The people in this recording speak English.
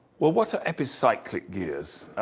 well, what are epicyclic gears?